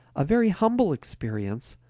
a very humble experience,